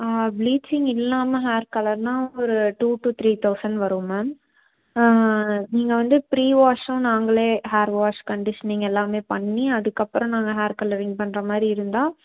bleaching இல்லாமல் hair கலர்னால் ஒரு டூ டு த்ரீ தௌசண்ட் வரும் மேம் நீங்கள் வந்து ப்ரீவாஷும் நாங்களே ஹேர் வாஷ் கண்டிஷனிங் எல்லாமே பண்ணி அதுக்கப்புறம் நாங்கள் ஹேர் கலரிங் பண்ற மாதிரி இருந்தால்